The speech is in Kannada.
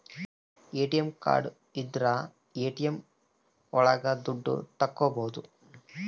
ಎ.ಟಿ.ಎಂ ಕಾರ್ಡ್ ಇದ್ರ ಎ.ಟಿ.ಎಂ ಒಳಗ ದುಡ್ಡು ತಕ್ಕೋಬೋದು